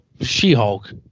She-Hulk